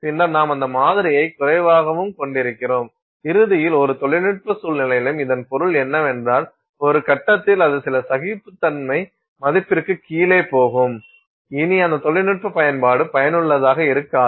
பின்னர் நாம் அந்த மாதிரியைக் குறைவாகவும் கொண்டிருக்கிறோம் இறுதியில் ஒரு தொழில்நுட்ப சூழ்நிலையிலும் இதன் பொருள் என்னவென்றால் ஒரு கட்டத்தில் அது சில சகிப்புத்தன்மை மதிப்பிற்குக் கீழே போகும் இனி அந்த தொழில்நுட்ப பயன்பாடு பயனுள்ளதாக இருக்காது